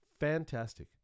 Fantastic